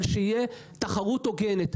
אבל שתהיה תחרות הוגנת,